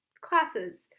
classes